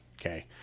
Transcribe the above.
Okay